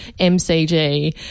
MCG